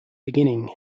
beginning